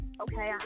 Okay